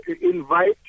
invite